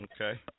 Okay